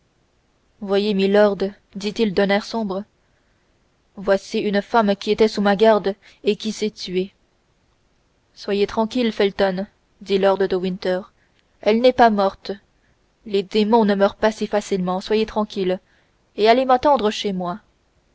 voyez milord dit-il d'un air sombre voici une femme qui était sous ma garde et qui s'est tuée soyez tranquille felton dit lord de winter elle n'est pas morte les démons ne meurent pas si facilement soyez tranquille et allez m'attendre chez moi